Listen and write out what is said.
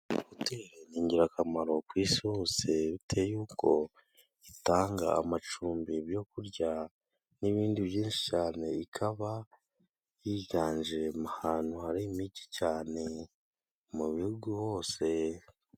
Ingirakamaro ku isi hose biteye yuko itanga amacumbi, ibyo kurya n'ibindi byinshi cyane, ikaba yiganje ahantu hari mijyi cyane mu bihugu hose.